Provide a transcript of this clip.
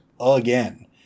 again